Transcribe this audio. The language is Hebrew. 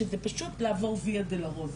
שזה פשוט לעבור "ויה דולורוזה",